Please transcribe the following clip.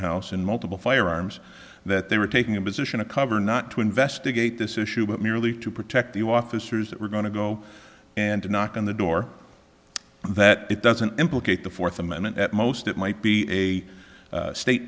house and multiple firearms that they were taking a position to cover not to investigate this issue but merely to protect the officers that were going to go and knock on the door that it doesn't implicate the fourth amendment at most it might be a state